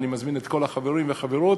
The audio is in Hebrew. אני מזמין את כל החברים והחברות,